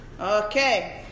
Okay